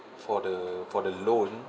for the for the loan